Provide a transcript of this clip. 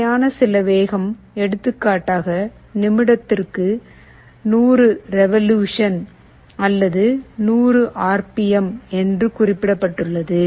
தேவையான சில வேகம் எடுத்துக்காட்டாக நிமிடத்திற்கு 100 ரேவொலுஷன் அல்லது 100 ஆர் பி எம் என்று குறிப்பிடப்பட்டுள்ளது